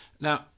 Now